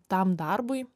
tam darbui